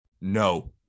No